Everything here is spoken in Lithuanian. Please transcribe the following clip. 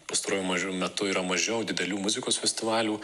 pastaruoju maž metu yra mažiau didelių muzikos festivalių